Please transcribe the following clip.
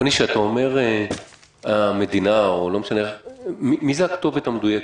רוני, כשאתה אומר המדינה, מי זה הכתובת המדויקת?